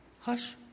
Hush